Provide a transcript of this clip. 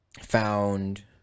found